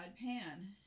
Pan